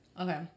Okay